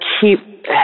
keep